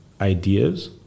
ideas